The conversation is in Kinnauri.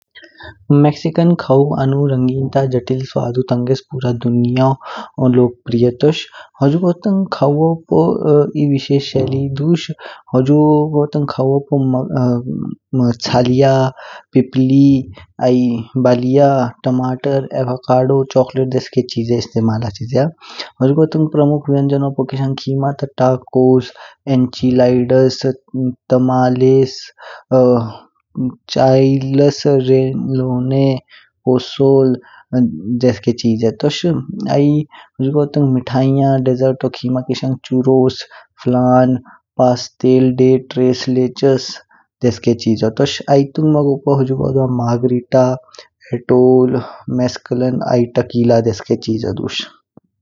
मैक्सिकन खाव्वू आनु रंगीन जातिल स्वादु टांगैस पूरा दुनियाओ लोकप्रिय तोश। हुजुगो टांग खाव्वू पू ई विशेष शैली दुश। हुजुगो टांग खाव्वू पू चलिया, पिपली आई बलिया, टमाटर, अवाकाडो, चॉकलेट देस्के चिजो इस्तेमाल हाचिज्या। हुजुगो टांग प्रमुख व्यंजनो पू किशंग खीमा ता टाकोस, अन चिलाड्स, तमालेस, चैलास, लेनलोने, ओसोल देस्के चिजे तोश। आई हुजुगो टांग मीठैयां देसेर्टो खीमा किशंग चोरोस, फलान, पेस्टलदेरचार्स देस्के चिजो तोश। आई तुंगमोपू हुजुगो द्वा माग्रिटा, फिटोल, मस्केलन आई टकीला देस्के चिजो दुश।